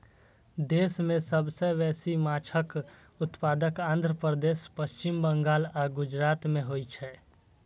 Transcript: देश मे सबसं बेसी माछक उत्पादन आंध्र प्रदेश, पश्चिम बंगाल आ गुजरात मे होइ छै